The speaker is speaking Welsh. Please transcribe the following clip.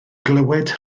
glywed